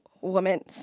woman